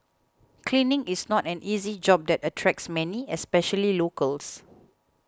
cleaning is not an easy job that attracts many especially locals